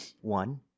one